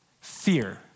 Fear